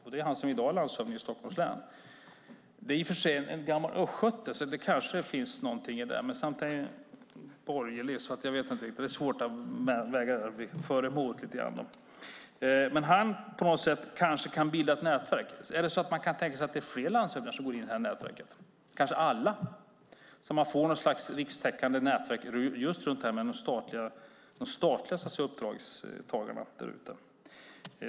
Han är i dag landshövding i Stockholms län. Han är i och för sig gammal östgöte så det kanske finns något i det, men samtidigt är han borgerlig så det är svårt att väga för och emot. Han kanske kan bilda ett nätverk. Man kanske kan tänka sig att fler, kanske alla, landshövdingar går in i nätverket så att man får något slags rikstäckande nätverk runt de statliga uppdragstagarna där ute.